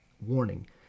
warning